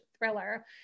thriller